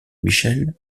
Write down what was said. michel